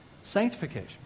Sanctification